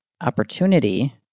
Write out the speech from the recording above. opportunity